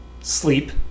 sleep